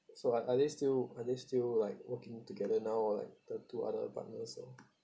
so like are they still are they still like working together now like the two other partners eh